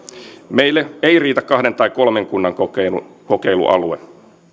meille ei riitä kahden tai kolmen kunnan kokeilualue